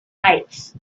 heights